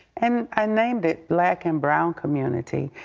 um i named it black and brown community.